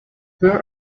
poor